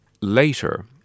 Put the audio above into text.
later